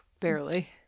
barely